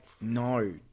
no